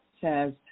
says